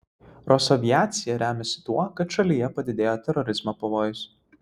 rosaviacija remiasi tuo kad šalyje padidėjo terorizmo pavojus